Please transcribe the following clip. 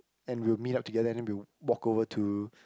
and we'll meet up together and then we will walk over to